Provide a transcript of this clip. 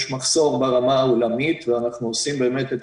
יש מחסור ברמה העולמית ואנחנו עושים באמת את